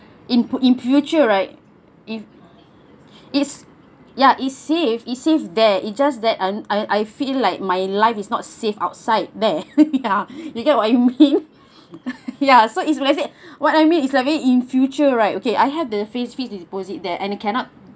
in in future right if is ya is safe is safe there it's just that I I I feel like my life is not safe outside there ya you get what I mean ya so it's let's say what I mean is in future right okay I have the fac~ fixed deposit there and it cannot